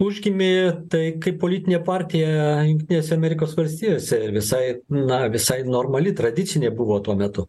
užgimė tai kaip politinė partija jungtinėse amerikos valstijose visai na visai normali tradicinė buvo tuo metu